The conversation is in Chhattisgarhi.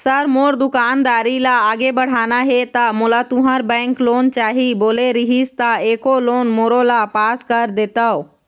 सर मोर दुकानदारी ला आगे बढ़ाना हे ता मोला तुंहर बैंक लोन चाही बोले रीहिस ता एको लोन मोरोला पास कर देतव?